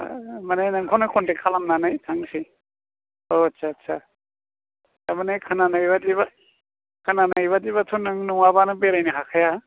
माने नोंखौनो कन्टेक्ट खालामनानै थांनोसै अ आच्चा आच्चा थारमाने खोनानाय बादिबा खोनानाय बादिबाथ' नों नङाबानो बेरायनो हाखाया